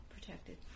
protected